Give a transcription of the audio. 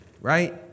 Right